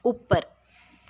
उप्पर